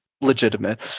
legitimate